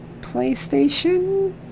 PlayStation